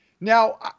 Now